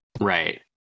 right